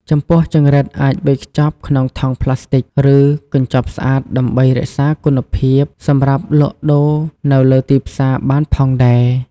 ចំពោះចង្រិតអាចវេចខ្ចប់ក្នុងថង់ប្លាស្ទិក ឬកញ្ចប់ស្អាតដើម្បីរក្សាគុណភាពសម្រាប់លក់ដូរនៅលើទីផ្សារបានផងដែរ។